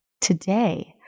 today